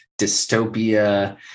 dystopia